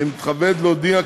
אני מתכבד להודיע,